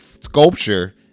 sculpture